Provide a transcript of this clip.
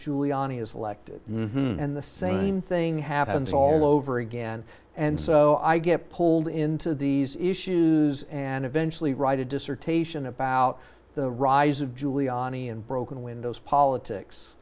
giuliani is elected in the same thing happens all over again and so i get pulled into these issues and eventually write a dissertation about the rise of giuliani and broken windows politics